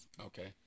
Okay